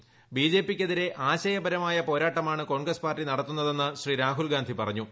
ബ്രിജെപിക്കെതിരെ ആശയപരമായ പോരാട്ടമാണ് കോൺഗ്രസ് പാർട്ടി നടത്തുന്നതെന്ന് ശ്രീ രാഹുൽഗാന്ധി പറഞ്ഞു